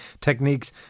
techniques